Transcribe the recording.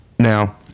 Now